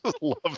love